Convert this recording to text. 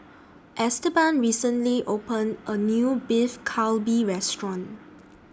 Esteban recently opened A New Beef Galbi Restaurant